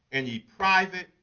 any private,